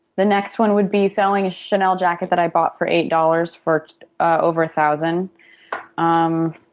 the next one would be selling a chanel jacket that i bought for eight dollars for over thousand um